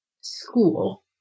school